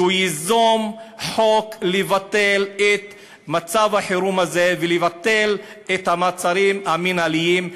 שהוא ייזום חוק לבטל את מצב החירום הזה ולבטל את המעצרים המינהליים.